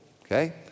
okay